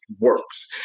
works